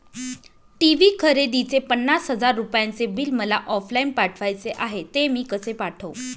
TV खरेदीचे पन्नास हजार रुपयांचे बिल मला ऑफलाईन पाठवायचे आहे, ते मी कसे पाठवू?